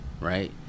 right